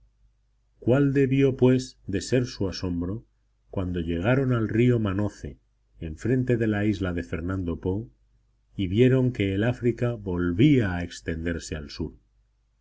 cuál debió pues de ser su asombro cuando llegaron al río manoce enfrente de la isla de fernando poo y vieron que el áfrica volvía a extenderse al sur